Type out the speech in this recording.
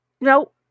No